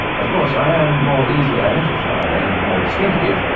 of course i am more easily identified and more distinctive,